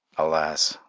alas!